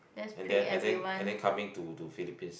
and then and then and then coming to to Philippines